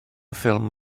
ffilm